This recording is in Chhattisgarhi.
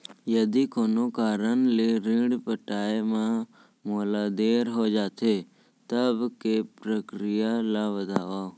यदि कोनो कारन ले ऋण पटाय मा मोला देर हो जाथे, तब के प्रक्रिया ला बतावव